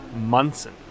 Munson